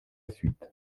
suite